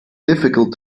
difficult